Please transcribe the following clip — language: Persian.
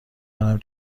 دارم